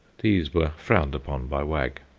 these were frowned upon by wag.